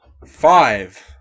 Five